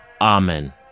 Amen